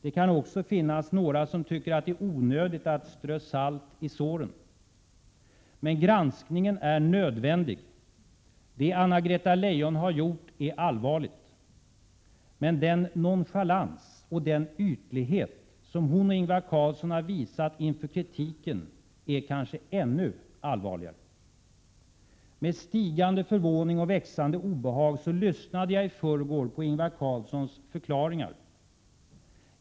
Det kan också finnas några som tycker att det är onödigt att strö salt i såren. Men granskningen är nödvändig. Det Anna Greta Leijon har gjort är allvarligt. Men den nonchalans och ytlighet som hon och Ingvar Carlsson visat inför kritiken är kanske ännu allvarligare. Med stigande förvåning och växande obehag lyssnade jag i förrgår på Ingvar Carlssons förklaringar.